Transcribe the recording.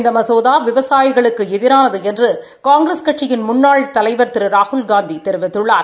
இந்த மசோதா விவசாயிகளுக்கு எதிரானது என்று காங்கிரஸ் கட்சியின் முன்னாள் தலைவர் திரு ராகுல்காந்தி தெரிவித்துள்ளார்